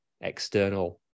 external